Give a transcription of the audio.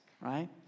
right